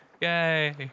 yay